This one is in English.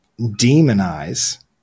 demonize